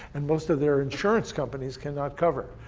and most of their insurance companies cannot cover.